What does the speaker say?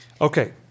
Okay